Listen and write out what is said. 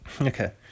Okay